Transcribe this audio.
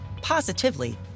positively